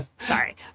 Sorry